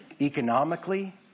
economically